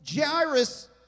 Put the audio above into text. Jairus